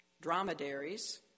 dromedaries